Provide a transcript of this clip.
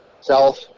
South